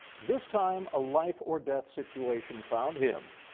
this time a life or death situation found him,